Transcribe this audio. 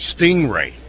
Stingray